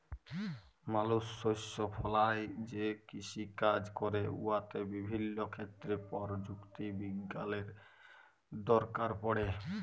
মালুস শস্য ফলাঁয় যে কিষিকাজ ক্যরে উয়াতে বিভিল্য ক্ষেত্রে পরযুক্তি বিজ্ঞালের দরকার পড়ে